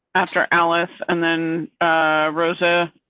after ellis and then rosa.